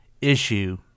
issue